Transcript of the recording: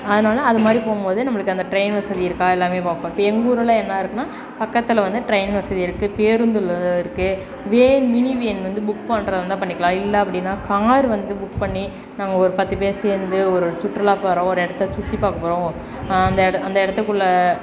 அதனால் அது மாதிரி போகும்போது நம்மளுக்கு அந்த ட்ரெயின் வசதி இருக்கா எல்லாமே பார்ப்போம் இப்போ எங்கள் ஊரெலாம் என்ன இருக்குதுனா பக்கத்தில் வந்து ட்ரெயின் வசதி இருக்குது பேருந்து உள்ளதை இருக்குது வேன் மினி வேன் வந்து புக் பண்ணுறதா இருந்தால் பண்ணிக்கலாம் இல்லை அப்படின்னா கார் வந்து புக் பண்ணி நாங்கள் ஒரு பத்து பேர் சேர்ந்து ஒரு சுற்றுலா போகிறோம் ஒரு இடத்த சுற்றி பார்க்க போகிறோம் அந்த இடம் அந்த இடத்துக்குள்ள